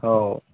हो